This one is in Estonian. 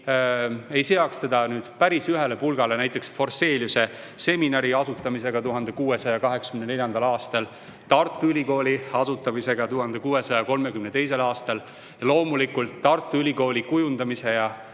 ei seaks seda päris ühele pulgale näiteks Forseliuse seminari asutamisega 1684. aastal, Tartu Ülikooli asutamisega 1632. aastal ja loomulikult Tartu Ülikooli kujundamise ja